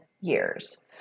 years